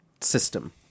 system